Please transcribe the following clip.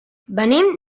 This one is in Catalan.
venim